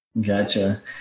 Gotcha